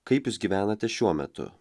kaip jūs gyvenate šiuo metu